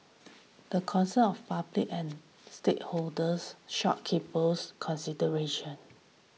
the concerns of public and stakeholders shopkeepers consideration